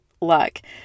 luck